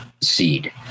seed